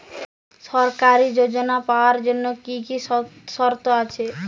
সরকারী যোজনা পাওয়ার জন্য কি কি শর্ত আছে?